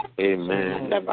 Amen